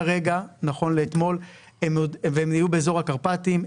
כרגע נכון לאתמול הם היו באזור הקרפטים.